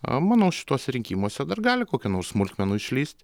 a manau šituose rinkimuose dar gali kokių nors smulkmenų išlįst